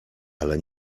ale